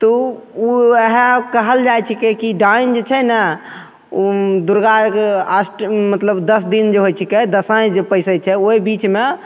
तऽ ओ वएह कहल जाइ छिकै कि डाइन जे छै ने ओ दुरगाके अष्ट मतलब दस दिन जे होइ छिकै दसाइ जे पैसै छै ओहि बीचमे